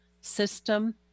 system